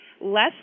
less